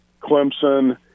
Clemson